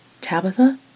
Tabitha